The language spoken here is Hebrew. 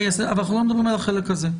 --- אבל אנחנו לא מדברים על החלק הזה.